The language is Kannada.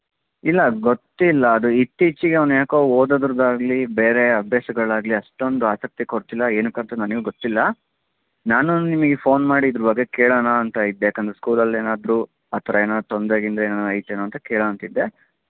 ಇಲ್ಲ ಗೊತ್ತಿಲ್ಲ ಅದು ಇತ್ತೀಚಿಗೆ ಅವ್ನು ಯಾಕೋ ಓದೋದ್ರದ್ದು ಆಗಲಿ ಬೇರೆ ಅಭ್ಯಾಸಗಳಾಗ್ಲಿ ಅಷ್ಟೊಂದು ಆಸಕ್ತಿ ಕೊಡ್ತಿಲ್ಲ ಏನಕ್ಕಂತ ನನಗೂ ಗೊತ್ತಿಲ್ಲ ನಾನೂ ನಿಮಗೆ ಫೋನ್ ಮಾಡಿ ಇದ್ರ ಅದೇ ಕೇಳೋಣ ಅಂತ ಇದ್ದೆ ಯಾಕಂದ್ರೆ ಸ್ಕೂಲಲ್ಲಿ ಏನಾದ್ರೂ ಆ ಥರ ಏನಾರೂ ತೊಂದರೆ ಗಿಂದರೆ ಏನಾರ ಐತೆನೋ ಅಂತ ಕೇಳೋಣ ಅಂತ ಇದ್ದೆ